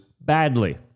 badly